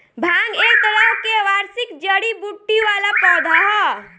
भांग एक तरह के वार्षिक जड़ी बूटी वाला पौधा ह